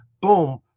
boom